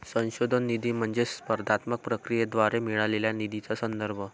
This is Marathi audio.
संशोधन निधी म्हणजे स्पर्धात्मक प्रक्रियेद्वारे मिळालेल्या निधीचा संदर्भ